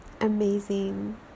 amazing